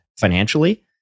financially